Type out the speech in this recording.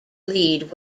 lead